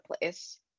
place